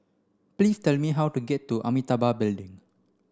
please tell me how to get to Amitabha Building